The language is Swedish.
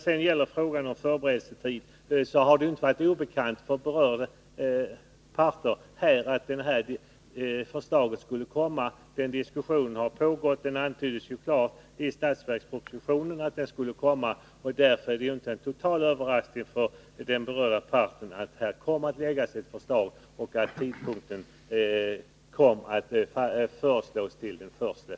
Beträffande förberedelsetid så har det inte varit obekant för berörda parter att detta förslag skulle komma. Diskussionen om detta har pågått, och det antyddes klart i budgetpropositionen att det skulle komma. Därför är det inte en total överraskning för berörda parter att det kommer att läggas fram ett förslag och att tidpunkten för ikraftträdande kommer att föreslås till den 1 juli.